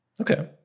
Okay